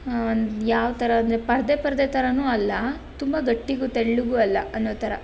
ಒಂದು ಯಾವ ಥರ ಅಂದರೆ ಪರದೆ ಪರದೆ ಥರನು ಅಲ್ಲ ತುಂಬ ಗಟ್ಟಿಗೂ ತೆಳ್ಳಗೂ ಅಲ್ಲ ಅನ್ನೋಥರ